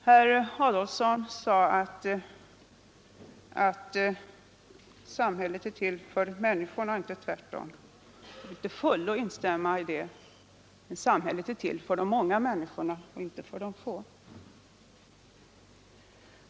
Herr Adolfsson sade att samhället är till för människorna och inte tvärtom. Jag vill till fullo instämma i det. Men samhället är till för de många människorna och inte för de få.